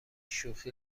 شوخی